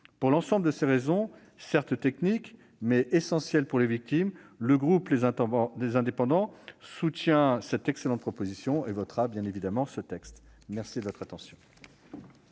Pour l'ensemble de ces raisons, certes techniques, mais essentielles pour les victimes, le groupe Les Indépendants soutient cette excellente proposition de loi. Il votera bien évidemment ce texte. La parole est